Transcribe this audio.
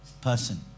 person